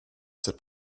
cette